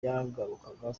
byagarukaga